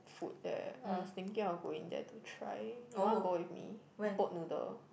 food there I was thinking of going there to try you want to go with me it's boat noodle